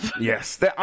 Yes